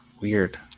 weird